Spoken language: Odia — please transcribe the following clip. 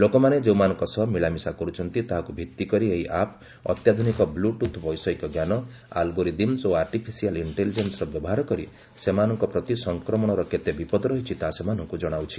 ଲୋକମାନେ ଯେଉଁମାନଙ୍କ ସହ ମିଳାମିଶା କରୁଛନ୍ତି ତାହାକୁ ଭିତ୍ତି କରି ଏହି ଆପ୍ ଅତ୍ୟାଧୁନିକ ବ୍ଲୁଟୁଥ୍ ବୈଷୟିକଜ୍ଞାନ ଆଲଗୋରିଦିମ୍ବ ଓ ଆର୍ଟିଫିସିଆଲି ଇଷ୍ଟେଲିଜେନ୍ଦର ବ୍ୟବହାର କରି ସେମାନଙ୍କ ପ୍ରତି ସଂକ୍ରମଣର କେତେ ବିପଦ ରହିଛି ତାହା ସେମାନଙ୍କୁ ଜଣାଉଛି